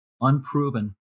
unproven